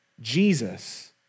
Jesus